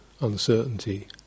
uncertainty